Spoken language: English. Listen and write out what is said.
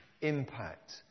impact